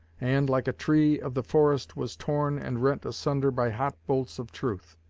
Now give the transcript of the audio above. and, like a tree of the forest, was torn and rent asunder by hot bolts of truth.